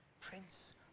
Prince